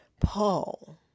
Paul